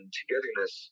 togetherness